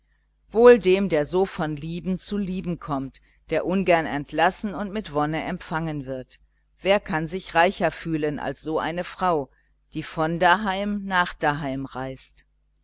wohl dem der so von lieben zu lieben kommt der ungern entlassen und mit wonne empfangen wird wer kann sich reicher fühlen als so eine frau die von daheim nach daheim reist